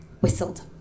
whistled